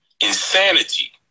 Insanity